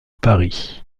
paris